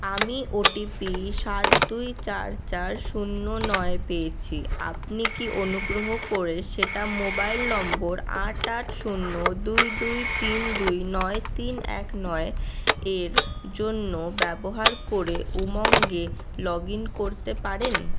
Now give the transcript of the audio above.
আমি ওটিপি সাত দুই চার চার শুন্য নয় পেয়েছি আপনি কি অনুগ্রহ করে সেটা মোবাইল নম্বর আট আট শুন্য দুই দুই তিন দুই নয় তিন এক নয় এর জন্য ব্যবহার করে উমঙ্গে লগ ইন করতে পারেন